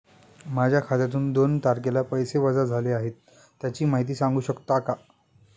माझ्या खात्यातून दोन तारखेला पैसे वजा झाले आहेत त्याची माहिती सांगू शकता का?